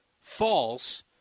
false